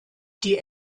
die